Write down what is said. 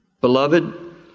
Beloved